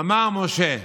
אמר משה: